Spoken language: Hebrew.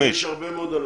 יש הרבה מאוד אנשים.